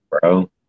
Bro